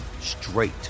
straight